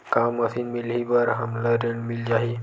का मशीन मिलही बर हमला ऋण मिल जाही?